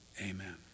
Amen